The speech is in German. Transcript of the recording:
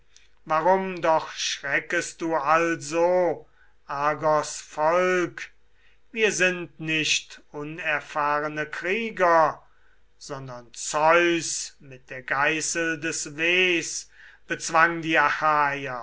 warum doch schreckest du also argos volk wir sind nicht unerfahrene krieger sondern zeus mit der geißel des wehs bezwang die